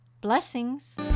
Blessings